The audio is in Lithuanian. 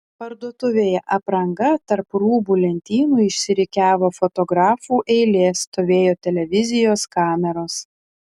parduotuvėje apranga tarp rūbų lentynų išsirikiavo fotografų eilė stovėjo televizijos kameros